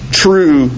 true